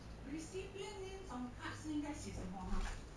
recipient names on card 是应该写什么 ha